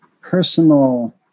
personal